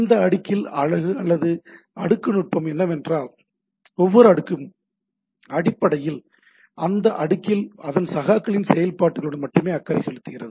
இந்த அடுக்கின் அழகு அல்லது அடுக்கு நுட்பம் என்னவென்றால் ஒவ்வொரு அடுக்கும் அடிப்படையில் அந்த அடுக்கில் அதன் சகாக்களின் செயல்பாட்டுடன் மட்டுமே அக்கறை செலுத்துகிறது